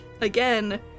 again